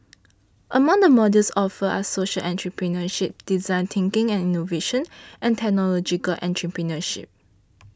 among the modules offered are social entrepreneurship design thinking and innovation and technological entrepreneurship